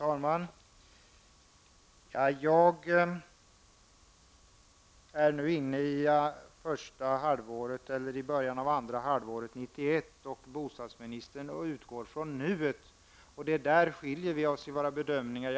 Herr talman! Jag avser nu första halvåret eller början av andra halvåret 1991, och bostadsministern utgår från nuet; det är därvidlag vi skiljer oss i våra bedömningar.